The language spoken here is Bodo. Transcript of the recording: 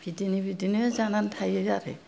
बिदिनो बिदिनो जानानै थायो आरो